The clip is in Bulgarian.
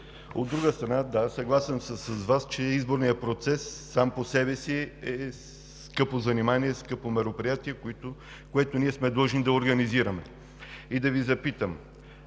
От друга страна, да, съгласен съм с Вас, че изборният процес сам по себе си е скъпо занимание, скъпо мероприятие, което ние сме длъжни да организираме, и да Ви запитам: